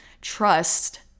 trust